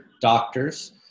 doctors